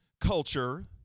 culture